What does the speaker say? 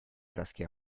saskia